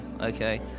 okay